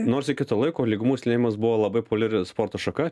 nors iki to laiko lygumų slidinėjimas buvo labai populiari sporto šaka